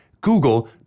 Google